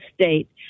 state